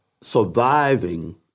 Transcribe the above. surviving